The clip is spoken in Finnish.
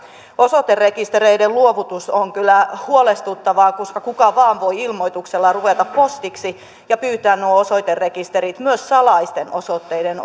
osoiterekistereiden luovutus on kyllä huolestuttavaa koska kuka vain voi ilmoituksella ruveta postiksi ja pyytää nuo osoiterekisterit myös salaisten osoitteiden